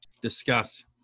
Discuss